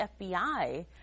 FBI